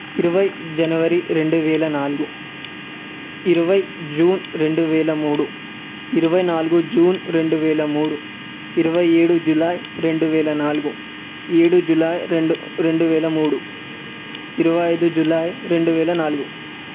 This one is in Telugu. ఇరవై జనవరి రెండు వేల నాలుగు ఇరవై జూన్ రెండు వేల మూడు ఇరవై నాలుగు జూన్ రెండు వేల మూడు ఇరవై ఏడు జులై రెండు వేల నాలుగు ఏడు జులై రెండు రెండు వేల మూడు ఇరవై ఐదు జులై రెండు వేల నాలుగు